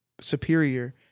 superior